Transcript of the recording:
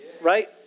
Right